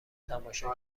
تماشا